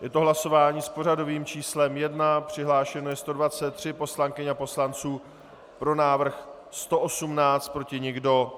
Je to hlasování s pořadovým číslem 1, přihlášeno je 123 poslankyň a poslanců, pro návrh 118, proti nikdo.